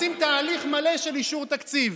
רוצים תהליך מלא של אישור תקציב.